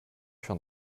schon